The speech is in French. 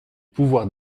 pouvoir